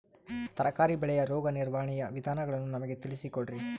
ತರಕಾರಿ ಬೆಳೆಯ ರೋಗ ನಿರ್ವಹಣೆಯ ವಿಧಾನಗಳನ್ನು ನಮಗೆ ತಿಳಿಸಿ ಕೊಡ್ರಿ?